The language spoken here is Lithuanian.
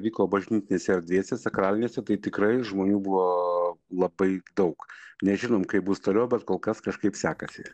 vyko bažnytinėse erdvėse sakralinėse tai tikrai žmonių buvo labai daug nežinom kaip bus toliau bet kol kas kažkaip sekasi